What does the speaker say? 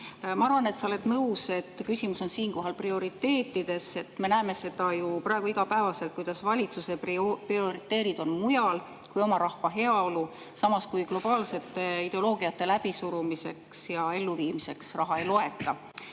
Ma arvan, et sa oled nõus, et küsimus on siinkohal prioriteetides. Me näeme seda ju praegu iga päev, kuidas valitsuse prioriteedid on mujal kui oma rahva heaolu, samas globaalsete ideoloogiate läbisurumise ja elluviimise puhul raha ei loeta.